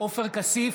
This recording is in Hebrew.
עופר כסיף,